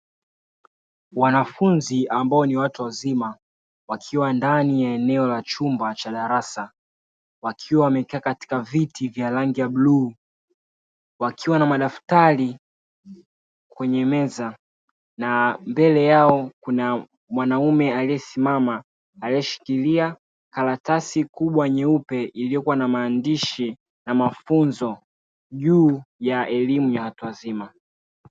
Wanafunzi ambao ni watu wazima, wakiwa ndani ya eneo la chumba cha darasa wakiwa wamekaa katika viti vya rangi ya bluu, wakiwa na madaftari kwenye meza na mbele yao kuna mwanaume aliyesimama, aliyeshikilia karatasi kubwa nyeupe iliyokuwa na maandishi na mafunzo juu ya elimu ya watu wazima.